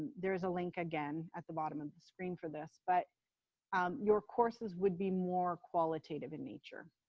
there's a link again at the bottom of the screen for this but your courses would be more qualitative in nature.